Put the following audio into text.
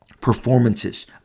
performances